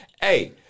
Hey